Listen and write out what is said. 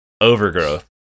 overgrowth